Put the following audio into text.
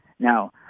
Now